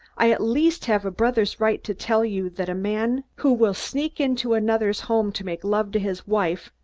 i at least have a brother's right to tell you that a man who will sneak into another's home to make love to his wife,